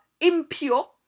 impure